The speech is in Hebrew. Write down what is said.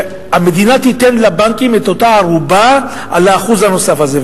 המדינה תיתן לבנקים את אותה ערובה על האחוז הנוסף הזה,